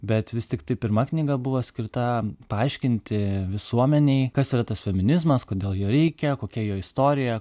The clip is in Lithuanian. bet vis tiktai pirma knyga buvo skirta paaiškinti visuomenei kas yra tas feminizmas kodėl jo reikia kokia jo istorija